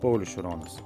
paulius šironas